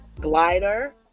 glider